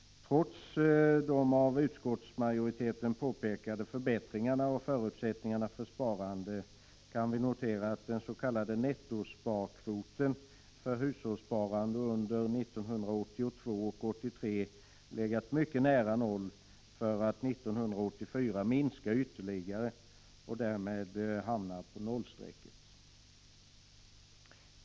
Trots de av utskottsmajoriteten påpekade förbättringarna av förutsättningarna för sparande, kan vi 1983 legat mycket nära noll för att under 1984 minska ytterligare och därmed = Prot. 1985/86:54 hamna på nollstrecket.